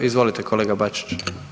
Izvolite kolega Bačić.